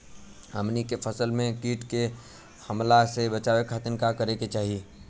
हमनी के फसल के कीट के हमला से बचावे खातिर का करे के चाहीं?